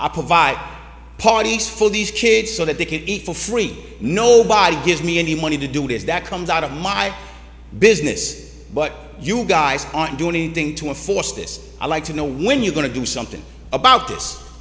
i provide parties for these kids so that they can eat for free nobody gives me any money to do this that comes out of my business but you guys aren't doing anything to a force this i like to know when you're going to do something about this